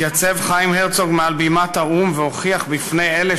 התייצב חיים הרצוג מעל בימת האו"ם והוכיח בפני אלה